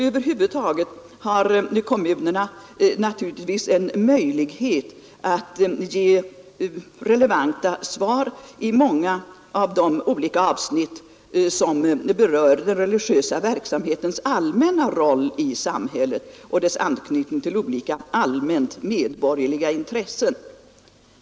Över huvud taget har kommunerna naturligtvis möjlighet att ge relevanta svar på många av de olika avsnitt som berör den religiösa verksamhetens allmänna roll i samhället och dess anknytning till olika allmänt medborgerliga intressen.